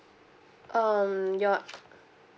um your